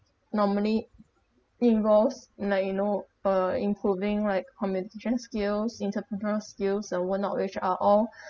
normally thing goes like you know uh improving right communication skills entrepreneur skills and whatnot which are all